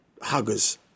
huggers